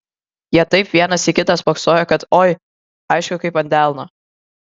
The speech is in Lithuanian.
jie taip vienas į kitą spoksojo kad oi aišku kaip ant delno